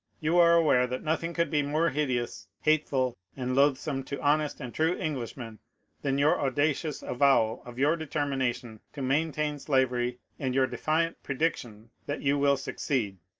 you are aware that nothing could be more hideous, hateful, and loathsome to honest and true eng lishmen than your audacious avowal of your determination to maintain slavery and your defiant prediction that you will succeed.